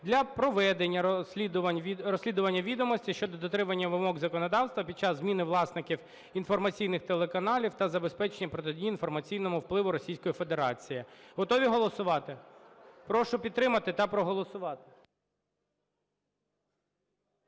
для проведення розслідування відомостей щодо дотримання вимог законодавства під час зміни власників інформаційних телеканалів та забезпечення протидії інформаційному впливу Російської Федерації". Готові голосувати? Прошу підтримати та проголосувати.